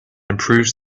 improves